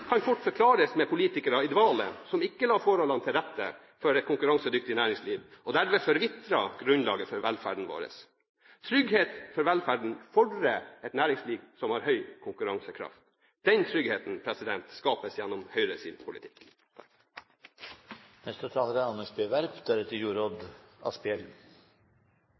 kan fort forklares med politikere i dvale, som ikke la forholdene til rette for et konkurransedyktig næringsliv, og derved forvitret grunnlaget for velferden vår. Trygghet for velferden fordrer et næringsliv som har høy konkurransekraft. Den tryggheten skapes gjennom Høyres politikk. Vi går inn i en tid med økende økonomisk usikkerhet. La meg si det er